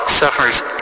suffers